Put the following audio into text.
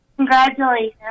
Congratulations